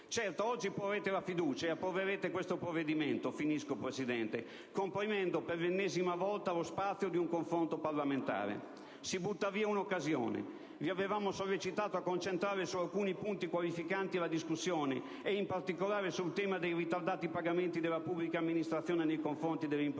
Certo, oggi porrete la fiducia e approverete questo provvedimento, comprimendo per l'ennesima volta lo spazio di un confronto parlamentare. Si butta via un'occasione. Vi avevamo sollecitato a concentrare su alcuni punti qualificanti la discussione, e in particolare sul tema dei ritardati pagamenti della pubblica amministrazione nei confronti delle imprese